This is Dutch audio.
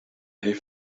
heeft